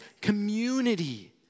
community